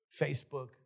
Facebook